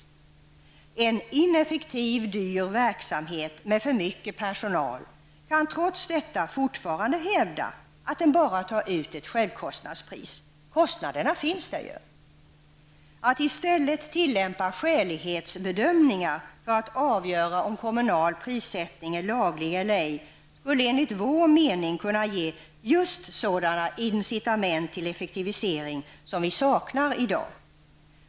I fråga om ineffektiv, dyr verksamhet med för mycket personal kan man trots detta fortfarande hävda att man bara tar ut ett självkostnadspris. Kostnaderna finns där ju. Att i stället tillämpa ''skälighetsbedömningar'' för att avgöra om en kommunal prissättning är laglig eller ej skulle enligt vår mening kunna ge just sådana incitament till effektivisering som vi saknar i dag.